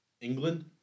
England